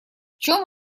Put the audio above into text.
чем